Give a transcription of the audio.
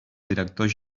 directors